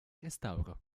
restauro